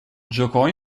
giocò